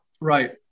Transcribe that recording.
Right